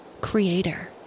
Creator